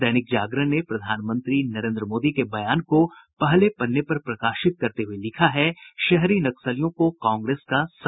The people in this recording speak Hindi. दैनिक जागरण ने प्रधानमंत्री नरेन्द्र मोदी के बयान को पहले पन्ने पर प्रकाशित करते हुये लिखा है शहरी नक्सलियों को कांग्रेस का साथ